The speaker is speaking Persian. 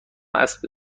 اسب